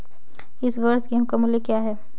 इस वर्ष गेहूँ का मूल्य क्या रहेगा?